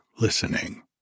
listening